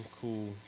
cool